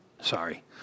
sorry